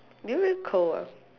do you feel cold ah